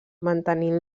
mantenint